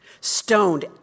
stoned